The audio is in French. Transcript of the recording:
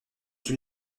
une